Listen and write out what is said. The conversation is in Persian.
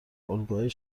الگوهای